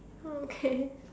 okay